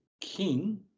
king